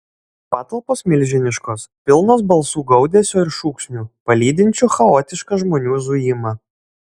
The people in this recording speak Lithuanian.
patalpos milžiniškos pilnos balsų gaudesio ir šūksnių palydinčių chaotišką žmonių zujimą